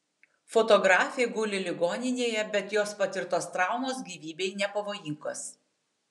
fotografė guli ligoninėje bet jos patirtos traumos gyvybei nepavojingos